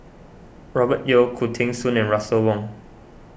Robert Yeo Khoo Teng Soon and Russel Wong